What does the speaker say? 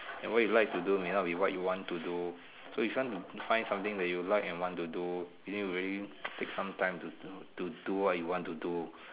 and what you like to do may not be what you want to do so you can't find something that you like and want to do you need to really take some time to to to do what you want to do